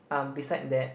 um beside that